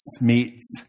meets